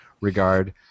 regard